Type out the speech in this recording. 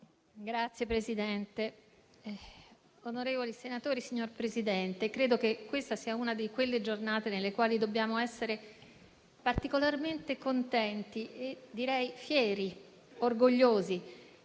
Signor Presidente, onorevoli senatori, credo che questa sia una di quelle giornate nelle quali dobbiamo essere particolarmente contenti e direi fieri ed orgogliosi